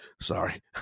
sorry